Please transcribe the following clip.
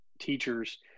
teachers